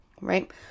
right